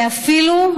שאפילו,